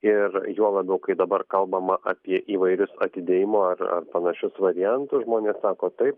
ir juo labiau kai dabar kalbama apie įvairius atidėjimo ar ar panašius variantus žmonės sako taip